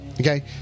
Okay